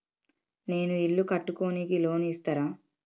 నేను ఇల్లు కట్టుకోనికి లోన్ ఇస్తరా?